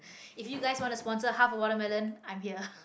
if you guys want to sponsor half a watermelon i'm here